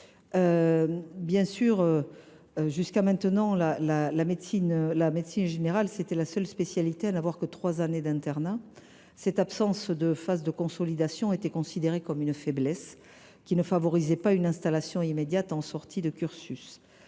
? Jusqu’à maintenant, la médecine générale était la seule spécialité à n’avoir que trois années d’internat. Cette absence de phase de consolidation était considérée comme une faiblesse, qui ne favorisait pas une installation immédiate en sortie de cursus.